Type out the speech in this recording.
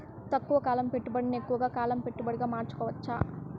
తక్కువ కాలం పెట్టుబడిని ఎక్కువగా కాలం పెట్టుబడిగా మార్చుకోవచ్చా?